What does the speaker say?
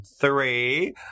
three